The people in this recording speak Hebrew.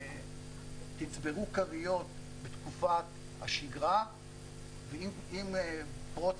תצברו כריות בתקופת השגרה ועם פרוץ